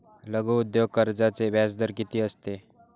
लघु उद्योग कर्जाचे व्याजदर किती असते?